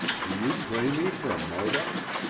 do you play me for a modoc?